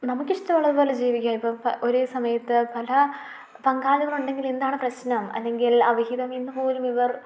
നമുക്കിഷ്ടമുള്ളതുപോലെ ജീവിക്കാം ഇപ്പോൾ ഒരേ സമയത്ത് പല പങ്കാളികളുണ്ടെങ്കിൽ എന്താണ് പ്രശ്നം അല്ലെങ്കിൽ അവിഹിതമെന്നുപോലും ഇവർ